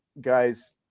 guys